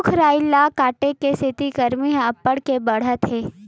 रूख राई ल काटे के सेती गरमी ह अब्बड़ के बाड़हत हे